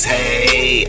Hey